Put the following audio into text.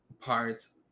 parts